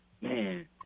Man